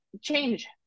change